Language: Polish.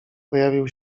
pojawił